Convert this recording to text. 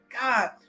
God